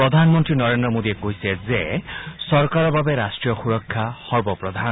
প্ৰধানমন্ত্ৰী নৰেন্দ্ৰ মোদীয়ে কৈছে যে চৰকাৰৰ বাবে ৰাষ্ট্ৰীয় সুৰক্ষা সৰ্বপ্ৰধান